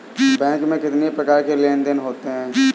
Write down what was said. Bank में कितनी प्रकार के लेन देन देन होते हैं?